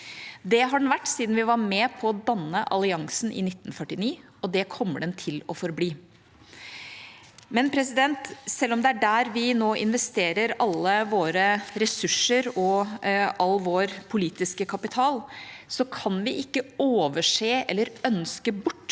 Det har den vært siden vi var med på å danne alliansen i 1949, og det kommer den til å forbli. Likevel, selv om det er der vi nå investerer alle våre ressurser og all vår politiske kapital, kan vi ikke overse eller ønske bort